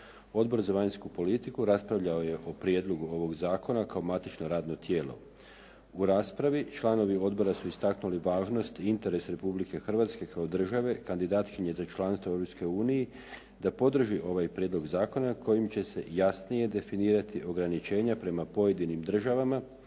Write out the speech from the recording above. Odbor za vanjsku politiku raspravljao je o prijedlogu ovog zakona kao matično radno tijelo. U raspravi članovi odbora su istaknuli važnost i interes Republike Hrvatske kao države kandidatkinje za članstvo u Europskoj uniji da podrži ovaj prijedlog zakona kojim će se jasnije definirati ograničenja prema pojedinim državama